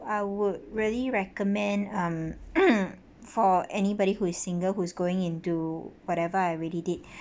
I would really recommend um for anybody who is single who's going into whatever I already did